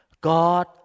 God